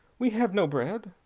we have no bread.